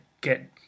get